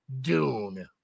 dune